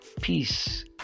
peace